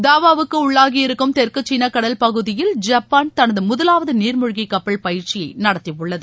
தாவாவுக்கு உள்ளாகி இருக்கும் தெற்கு சீனா கடல் பகுதியில் ஜப்பான் தனது முதவாவது நீாமுழ்கி கப்பல் பயிற்சியை நடத்தியது